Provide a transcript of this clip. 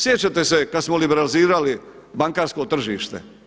Sjećate se kad smo liberalizirali bankarsko tržište.